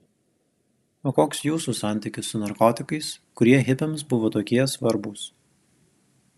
o koks jūsų santykis su narkotikais kurie hipiams buvo tokie svarbūs